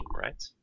right